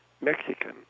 Mexican